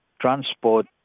transport